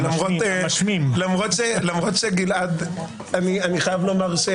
ואני חייב לומר,